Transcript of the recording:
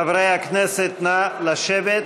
חברי הכנסת, נא לשבת,